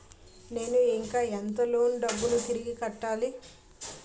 నేను ఇంకా ఎంత లోన్ డబ్బును తిరిగి కట్టాలి?